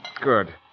Good